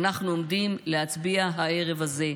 אנחנו עומדים להצביע הערב הזה.